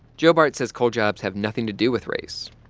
joe bart says coal jobs have nothing to do with race.